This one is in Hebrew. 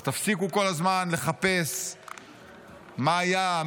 אז תפסיקו כל הזמן לחפש מה היה,